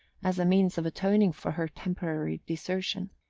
as a means of atoning for her temporary desertion.